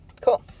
Cool